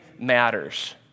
matters